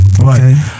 Okay